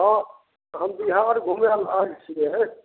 हँ हम बिहार घुमैलए आयल छियै